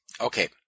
Okay